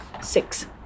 Six